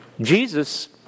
Jesus